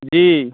जी